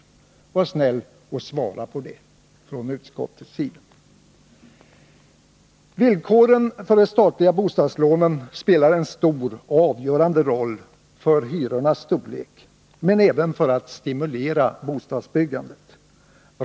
Var snäll och svara på det från utskottets sida! Villkoren för de statliga bostadslånen spelar en stor och avgörande roll för hyrornas storlek, men även för att stimulera bostadsbyggandet.